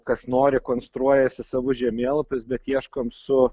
kas nori konstruojasi savus žemėlapius bet ieškom su